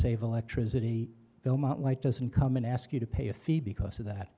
save electricity bill mount light doesn't come and ask you to pay a fee because of that